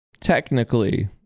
Technically